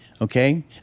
okay